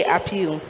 Appeal